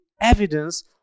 evidence